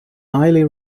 highly